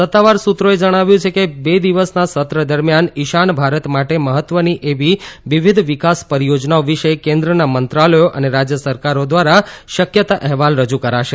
સત્તાવાર સૂત્રોએ જણાવ્યું કે બે દિવસના સત્ર દરમિયાન ઇશાન ભારત માટે મહત્વની એવી વિવિધ વિકાસ પરિયોજનાઓ વિષે કેન્દ્રનાં મંત્રાલયો અને રાજ્ય સરકારો દ્વારા શક્યતા અહેવાલ રજૂ કરાશે